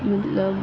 ਮਤਲਬ